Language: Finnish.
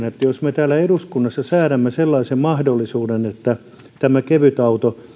että jos me täällä eduskunnassa säädämme sellaisen mahdollisuuden että tämä kevytauto